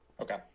Okay